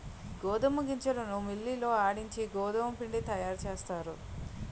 గోధుమ గింజలను మిల్లి లో ఆడించి గోధుమపిండి తయారుచేస్తారు